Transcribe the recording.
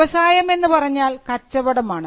വ്യവസായം എന്ന് പറഞ്ഞാൽ കച്ചവടമാണ്